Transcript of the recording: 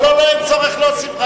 לא, אין צורך להוסיף.